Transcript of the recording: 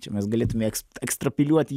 čia mes galėtume eks ekstrapiliuoti